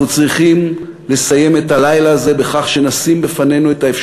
אנחנו צריכים לסיים את הלילה הזה בכך